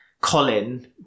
Colin